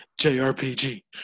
JRPG